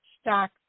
stock